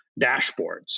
dashboards